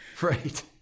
Right